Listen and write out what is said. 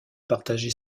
partager